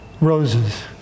roses